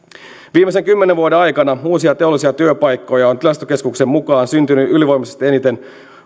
viimeisten kymmenen vuoden aikana uusia teollisia työpaikkoja on tilastokeskuksen mukaan syntynyt ylivoimaisesti eniten